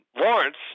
Lawrence